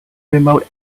remote